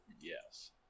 Yes